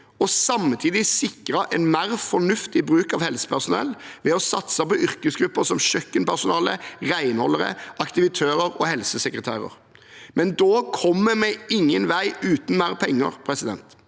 og samtidig sikre en mer fornuftig bruk av helsepersonell ved å satse på yrkesgrupper som kjøkkenpersonale, renholdere, aktivitører og helsesekretærer, men da kommer vi ingen vei uten mer penger.